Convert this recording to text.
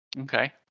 Okay